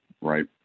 right